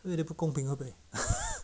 有一点不公平会不会